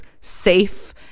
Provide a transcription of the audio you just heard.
safe